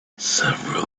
several